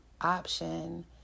option